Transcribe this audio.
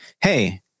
hey